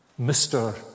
Mr